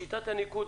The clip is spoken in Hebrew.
שיטת הניקוד,